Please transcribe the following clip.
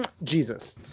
Jesus